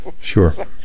Sure